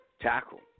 tackle